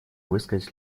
высказать